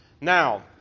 Now